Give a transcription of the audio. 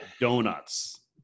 donuts